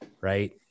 Right